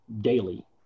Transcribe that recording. daily